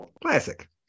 Classic